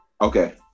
Okay